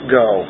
go